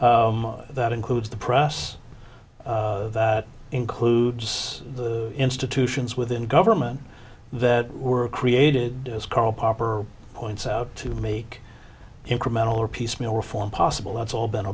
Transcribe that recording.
that includes the press that includes institutions within government that were created as karl popper points out to make incremental or piecemeal reform possible it's all been